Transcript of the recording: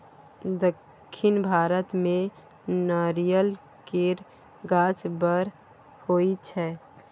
दक्खिन भारत मे नारियल केर गाछ बड़ होई छै